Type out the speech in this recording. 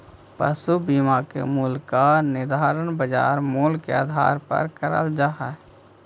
पशु बीमा के मूल्य का निर्धारण बाजार मूल्य के आधार पर करल जा हई